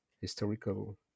historical